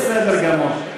בסדר גמור.